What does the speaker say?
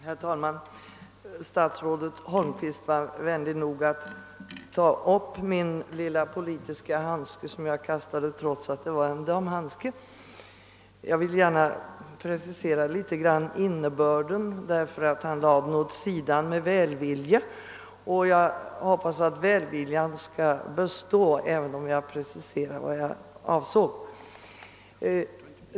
Herr talman! Statsrådet Holmqvist var vänlig nog att ta upp den lilla politiska handske som jag kastade, trots att den var en damhandske! Jag vill gärna precisera innebörden, eftersom han lade den åt sidan med välvilja. Jag hoppas att välviljan skall bestå även därefter.